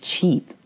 cheap